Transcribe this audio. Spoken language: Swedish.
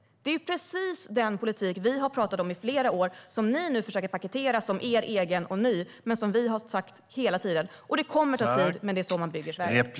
Det här är den politik vi har talat om i flera år som ni försöker paketera som er egen och ny. Det kommer att ta tid, men det är så man bygger Sverige.